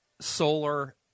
solar